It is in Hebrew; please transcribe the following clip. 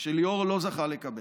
ליאור לא זכה לקבלה.